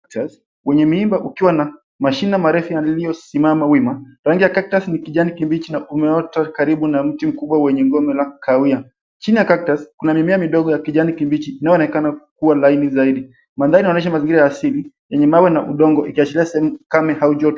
Kaktasi. Wenyewe mimba ukiwa na mashina marefu yaliyosimama wima. Rangi ya kaktasi ni kijani kibichi na umeota karibu na mti mkubwa wenye ngome la kauya. Chini ya kaktasi kuna mimea midogo ya kijani kibichi inayoonekana kuwa laini zaidi. Mandhari inaonyesha mazingira ya asili yenye mawe na udongo ikiachilia sehemu kama haujoto.